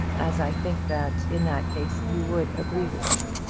as i think that in that case you would agree with me.